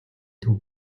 төв